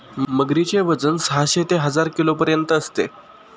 मगरीचे वजन साहशे ते हजार किलोपर्यंत असते